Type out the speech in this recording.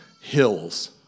hills